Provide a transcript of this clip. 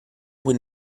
with